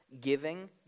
giving